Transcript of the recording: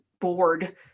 board